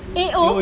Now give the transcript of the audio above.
A O